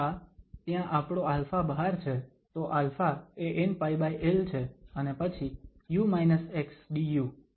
આ ત્યાં આપણો α બહાર છે તો α એ nπl છે અને પછી du